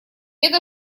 это